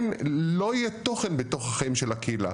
לא יהיה תוכן בתוך החיים של הקהילה,